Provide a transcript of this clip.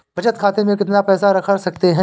बचत खाते में कितना पैसा रख सकते हैं?